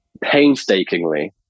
painstakingly